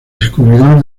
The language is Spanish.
descubridor